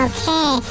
Okay